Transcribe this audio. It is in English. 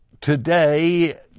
today